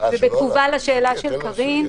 ובתגובה לשאלה של קארין,